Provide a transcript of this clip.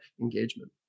engagement